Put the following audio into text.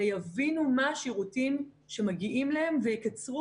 שיבינו מה השירותים שמגיעים להם ויקצרו